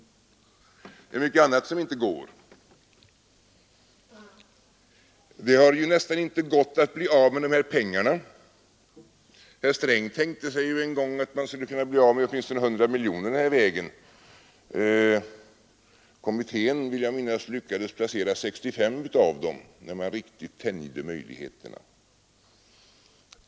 Det är mycket annat som inte heller går. Det har nästan inte varit möjligt att bli av med de här pengarna. Herr Sträng tänkte sig en gång att han skulle kunna bli av med åtminstone 100 miljoner den här vägen. Kommittén lyckades — vill jag minnas — placera 65 av dem när man riktigt tänjde på möjligheterna.